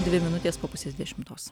dvi minutės po pusės dešimtos